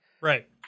Right